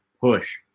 push